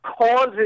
causes